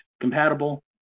compatible